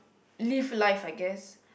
live life I guess